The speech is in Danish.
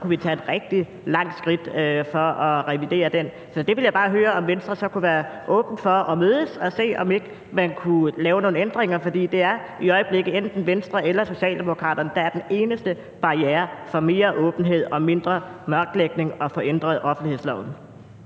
kunne vi tage et rigtig langt skridt for at revidere den. Så der vil jeg bare høre, om Venstre kunne være åben for at mødes og se, om ikke man kunne lave nogle ændringer. For det er i øjeblikket enten Venstre eller Socialdemokraterne, der er den eneste barriere for mere åbenhed og mindre mørklægning og at få ændret offentlighedsloven.